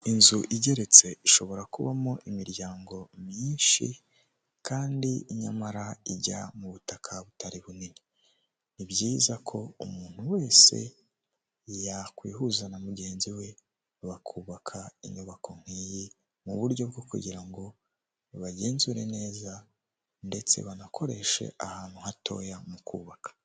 Inzu igeretse ishobora kubamo imiryango myinshi kandi nyamara ijya mu butaka butari bunini ni byiza ko umuntu wese yakwihuza na mugenzi we, bakubaka inyubako nk'iyi mu buryo bwo kugira ngo babagenzure neza ndetse banakoreshe ahantu hatoya mu kubaka.